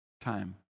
time